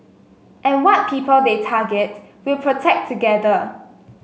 and what people they target we'll protect together